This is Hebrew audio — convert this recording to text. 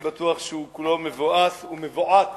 אני בטוח שהוא כולו מבואס ומבועת